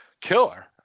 killer